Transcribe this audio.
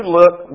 look